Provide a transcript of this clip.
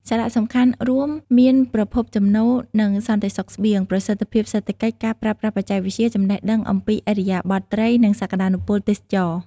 សារៈសំខាន់រូមមានប្រភពចំណូល និងសន្តិសុខស្បៀង ប្រសិទ្ធភាពសេដ្ឋកិច្ច ការប្រើប្រាស់បច្ចេកវិទ្យា ចំណេះដឹងអំពីឥរិយាបថត្រី និងសក្តានុពលទេសចរណ៍។